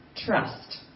trust